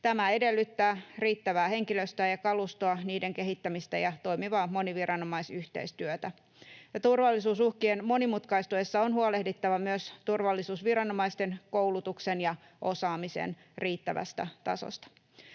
Tämä edellyttää riittävää henkilöstöä ja kalustoa, niiden kehittämistä ja toimivaa moniviranomaisyhteistyötä. Turvallisuusuhkien monimutkaistuessa on huolehdittava myös turvallisuusviranomaisten koulutuksen ja osaamisen riittävästä tasosta.